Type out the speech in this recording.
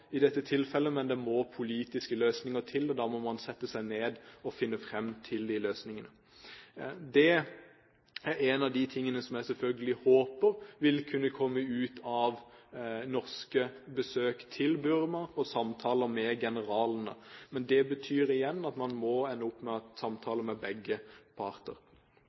i dette tilfellet, men at det må politiske løsninger til, og at man da må sette seg ned og finne fram til de løsningene. Det er en av de tingene jeg selvfølgelig håper vil kunne komme ut av norske besøk til Burma og samtaler med generalene. Men det betyr igjen at man må ende opp med samtaler med begge parter.